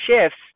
shifts